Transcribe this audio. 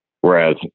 Whereas